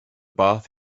bath